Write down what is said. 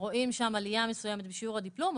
רואים שם עלייה מסוימת בשיעור הדיפלום,